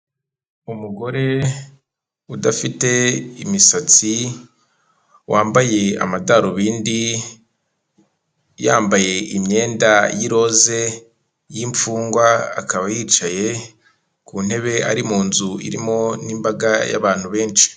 Umugore udafite imisatsi wambaye amadarubindi, yambaye imyenda y'iroze y'imfungwa, akaba yicaye ku ntebe ari mu nzu irimo n'imbaga y'abantu benshi.